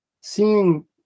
seeing